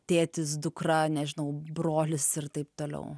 tėtis dukra nežinau brolis ir taip toliau